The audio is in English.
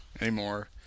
anymore